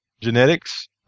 genetics